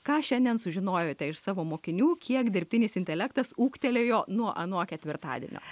ką šiandien sužinojote iš savo mokinių kiek dirbtinis intelektas ūgtelėjo nuo ano ketvirtadienio